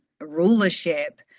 rulership